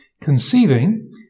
Conceiving